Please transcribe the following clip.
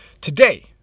today